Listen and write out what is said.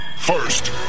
First